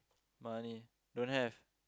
money don't have